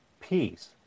peace